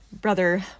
Brother